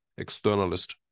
externalist